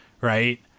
Right